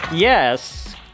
yes